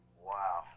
Wow